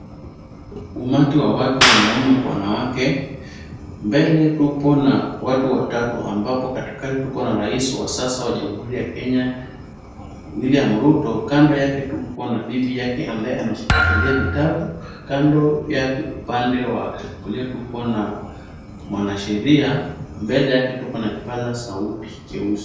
Umati wa watu wanaume kwa wanawake. Mbele tupo na watu watatu ambapo katikati tuko na rais wa sasa wa Jamhuri ya Kenya, William Ruto. Kando yake tupo na bibi yake ambaye ameshikilia vitabu. Kando yake upande wa kulia tupo na mwanasheria. Mbele yake tuko na kipaza sauti cheusi.